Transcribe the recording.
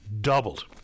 doubled